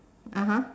(uh huh)